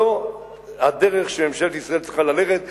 זו הדרך שממשלת ישראל צריכה ללכת בה,